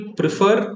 prefer